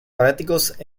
fanáticos